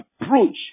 approach